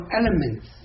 elements